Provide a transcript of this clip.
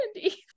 candy